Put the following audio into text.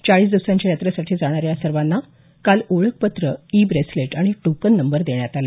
चाळीस दिवसांच्या यात्रेसाठी जाणाऱ्या या सर्वांना काल ओळखपत्र ई ब्रेसलेट टोकन नंबर देण्यात आले